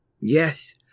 Yes